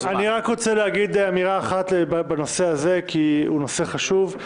אני רק רוצה להגיד אמירה אחת בנושא כי הוא נושא חשוב,